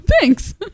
thanks